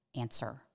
answer